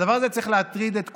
והדבר הזה צריך להטריד את כולנו,